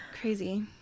crazy